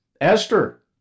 Esther